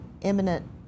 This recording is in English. imminent